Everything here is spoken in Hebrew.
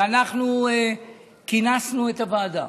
ואנחנו כינסנו את הוועדה,